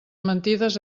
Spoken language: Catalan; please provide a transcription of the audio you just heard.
mentides